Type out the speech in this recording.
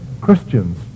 Christians